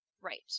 Right